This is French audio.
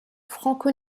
franco